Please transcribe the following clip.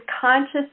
conscious